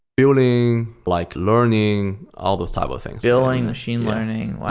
billing, like learning, all those type of things billing, machine learning. wow!